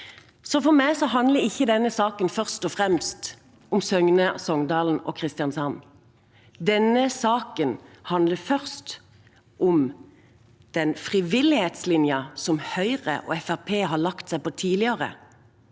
For meg handler ikke denne saken først og fremst om Søgne, Songdalen og Kristiansand. Denne saken handler om den frivillighetslinjen som Høyre og Fremskrittspartiet har lagt seg på tidligere,